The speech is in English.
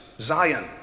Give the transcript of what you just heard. Zion